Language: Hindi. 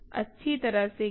अच्छी तरह से किया